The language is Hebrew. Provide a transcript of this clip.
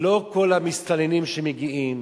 לא כל המסתננים שמגיעים